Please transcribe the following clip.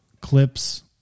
clips